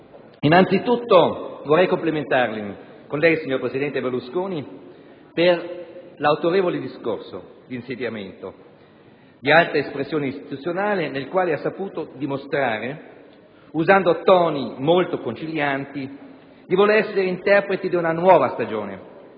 innanzitutto vorrei complimentarmi con lei, signor presidente Berlusconi, per l'autorevole discorso di insediamento, di alta espressione istituzionale, nel quale ha saputo dimostrare, usando toni molto concilianti, di voler essere interprete di una nuova stagione